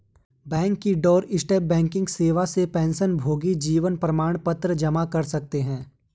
bank की doorstep banking सेवा से पेंशनभोगी जीवन प्रमाण पत्र जमा कर सकते हैं